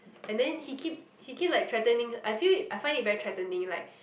and then he keep he keep like threatening I feel I find it very threatening like